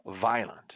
Violent